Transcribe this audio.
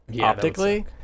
optically